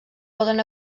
poden